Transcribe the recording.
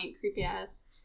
creepy-ass